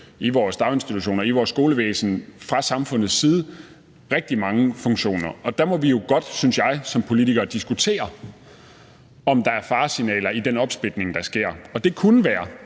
i vores daginstitutioner og i vores skolevæsen fra samfundets side rigtig mange funktioner, og der må vi jo godt, synes jeg som politiker, diskutere, om der er faresignaler i den opsplitning, der sker. Og det kunne være